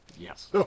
Yes